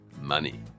money